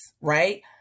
right